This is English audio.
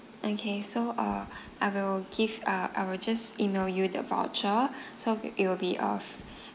okay so uh I will give uh I will just email you the voucher so it will be of